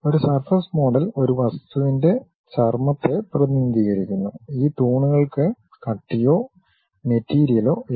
ഒരു surface model ഒരു വസ്തുവിന്റെ ചർമ്മത്തെ പ്രതിനിധീകരിക്കുന്നു ഈ തൂണുകൾക്ക് കട്ടിയോ മെറ്റീരിയലോ ഇല്ല